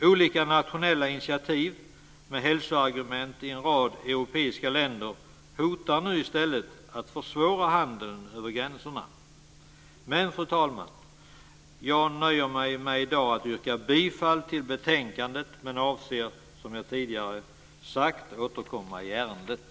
Olika nationella initiativ med hälsoargument i en rad europeiska länder hotar nu i stället att försvåra handeln över gränserna. Fru talman! Jag nöjer mig i dag med att yrka bifall till hemställan i betänkandet, men jag avser, som jag tidigare sade, återkomma i ärendet.